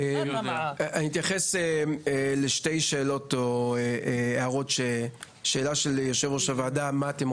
אני אתייחס לשאלה של יו״ר הוועדה לגבי מה שאנחנו